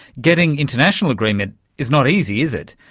getting international agreement is not easy, is it.